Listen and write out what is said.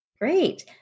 Great